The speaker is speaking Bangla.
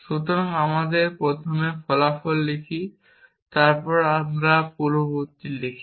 সুতরাং আমরা প্রথমে ফলাফল লিখি এবং তারপর আমরা পূর্ববর্তী লিখি